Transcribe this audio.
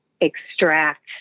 extract